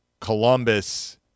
Columbus